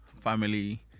family